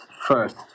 first